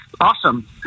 awesome